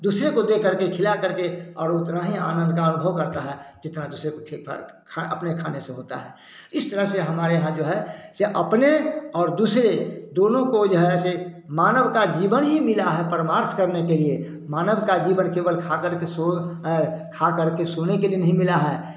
दूसरे को दे करके खिला करके और उतना ही आनंद का अनुभव करता है जितना दूसरे को अपने खाने से होता है इस तरह से हमारे यहाँ जो है से अपने और दूसरे दोनों को जो है से मानव का जीवन ही मिला है परमार्थ करने के लिए मानव का जीवन केवल खा करके सो खा करके सोने के लिए नहीं मिला है